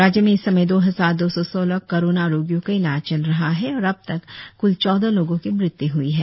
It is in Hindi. राज्य में इस समय दो हजार दो सौ सोलह कोरोना रोगियों का इलाज चल रहा है और अब तक क्ल चौदह लोगों की मृत्यु ह्ई है